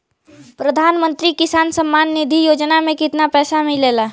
प्रधान मंत्री किसान सम्मान निधि योजना में कितना पैसा मिलेला?